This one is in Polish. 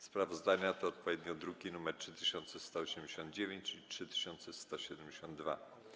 Sprawozdania to odpowiednio druki nr 3189 i 3172.